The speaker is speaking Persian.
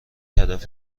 هدف